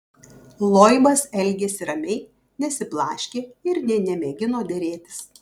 loibas elgėsi ramiai nesiblaškė ir nė nemėgino derėtis